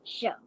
show